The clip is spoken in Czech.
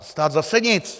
Stát zase nic.